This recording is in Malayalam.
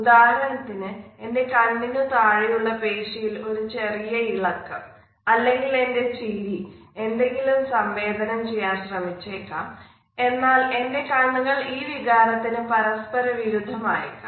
ഉദാഹരണത്തിന് എൻറെ കണ്ണിനു താഴെയുള്ള ഉള്ള പേശിയിൽ ഒരു ചെറിയ ഇളക്കം അല്ലെങ്കിൽ എൻറെ ചിരി എന്തെങ്കിലും സംവേദനം ചെയ്യാം ശ്രമിച്ചേക്കാം എന്നാൽ എൻറെ കണ്ണുകൾ ഈ വികാരത്തിന്നു പരസ്പര വിരുദ്ധം ആയേക്കാം